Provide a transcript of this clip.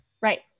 right